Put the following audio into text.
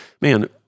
man—